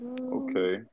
Okay